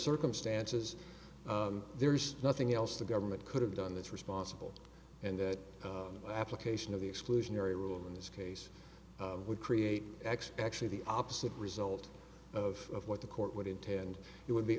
circumstances there's nothing else the government could have done that's responsible and that application of the exclusionary rule in this case would create x actually the opposite result of what the court would intend it would be